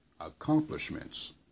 accomplishments